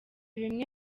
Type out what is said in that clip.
bimwe